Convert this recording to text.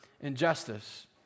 injustice